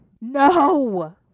No